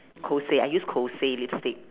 kose I use kose lipstick